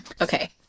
Okay